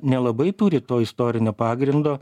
nelabai turi to istorinio pagrindo